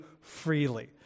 freely